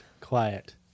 quiet